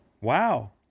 Wow